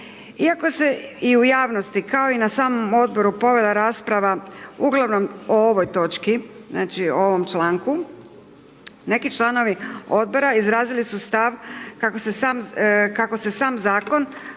Iako se i u javnosti kao i na samom odboru povela rasprava uglavnom o ovoj točci, znači o ovom članku, neki članovi odbora izrazili su stav kako se sam zakon